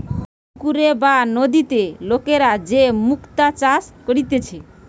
পুকুরে বা নদীতে লোকরা যে মুক্তা চাষ করতিছে